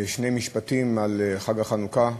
בשני משפטים על חג החנוכה,